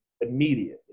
immediately